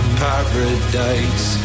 paradise